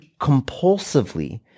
compulsively